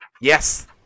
Yes